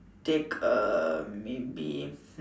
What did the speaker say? take uh maybe